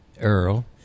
earl